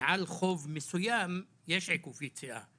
מעל חוב מסוים יש עיכוב יציאה.